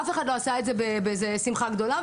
אף אחד לא עשה את זה בשמחה גדולה.